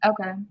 okay